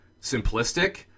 simplistic